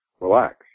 Relax